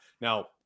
Now